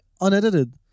unedited